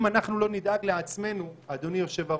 אם אנחנו לא נדאג לעצמנו, אדוני היושב-ראש,